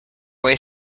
way